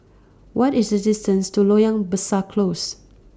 What IS The distance to Loyang Besar Close